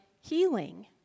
healing